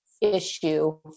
issue